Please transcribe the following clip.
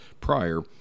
prior